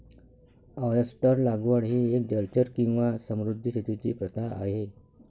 oyster लागवड ही एक जलचर किंवा समुद्री शेतीची प्रथा आहे